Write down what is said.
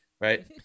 right